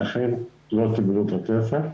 הנכים לא קיבלו את הכסף.